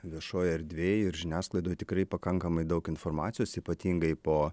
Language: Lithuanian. viešojoj erdvėj ir žiniasklaidoj tikrai pakankamai daug informacijos ypatingai po